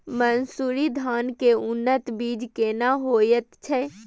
मन्सूरी धान के उन्नत बीज केना होयत छै?